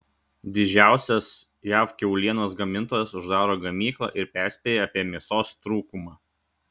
didžiausias jav kiaulienos gamintojas uždaro gamyklą ir perspėja apie mėsos trūkumą